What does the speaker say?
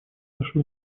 наше